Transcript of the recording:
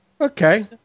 Okay